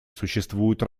существуют